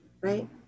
right